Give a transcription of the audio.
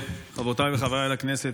חברותיי וחבריי לכנסת,